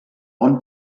bon